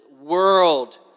world